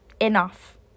enough